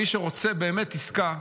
מי שבאמת רוצה עסקה,